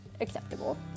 acceptable